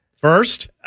First